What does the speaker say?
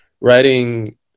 Writing